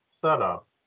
setup